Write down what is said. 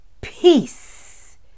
Peace